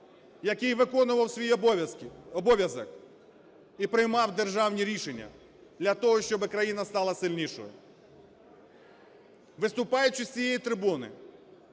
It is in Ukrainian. який виконував свій обов'язок і приймав державні рішення для того, щоб країна стала сильнішою. Виступаючи з цієї трибуни